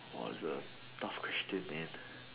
!wah! this a tough question man